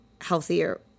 healthier